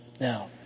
Now